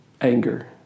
anger